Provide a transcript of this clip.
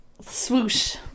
swoosh